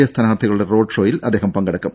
A സ്ഥാനാർത്ഥികളുടെ road ഷോയിലും അദ്ദേഹം പങ്കെടുക്കും